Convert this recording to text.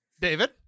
David